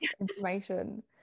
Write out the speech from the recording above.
information